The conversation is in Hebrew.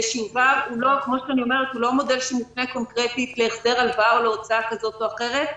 כי הוא אינו מודל של מקרה קונקרטי להחזר הלוואה או להוצאה כזאת או אחרת,